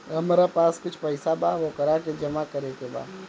हमरा पास कुछ पईसा बा वोकरा के जमा करे के बा?